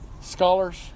scholars